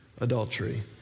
adultery